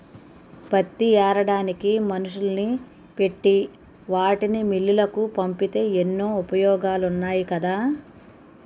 పత్తి ఏరడానికి మనుషుల్ని పెట్టి వాటిని మిల్లులకు పంపితే ఎన్నో ఉపయోగాలున్నాయి కదా